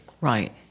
Right